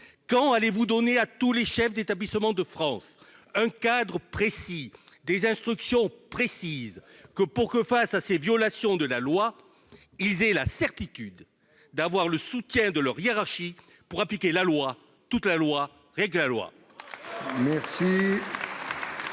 quand allez-vous donner à tous les chefs d'établissements de France, un cadre précis des instructions précises que pour que, face à ces violations de la loi, ils aient la certitude d'avoir le soutien de leur hiérarchie pour appliquer la loi, toute la loi, règle la loi.